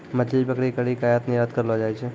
मछली पकड़ी करी के आयात निरयात करलो जाय छै